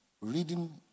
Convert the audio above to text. reading